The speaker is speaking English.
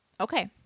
Okay